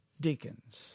deacons